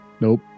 Nope